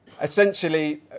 essentially